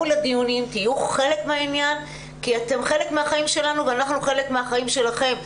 תהיו חלק מהעניין כי אתם חלק מהחיים שלנו ואנחנו חלק מהחיים שלכם.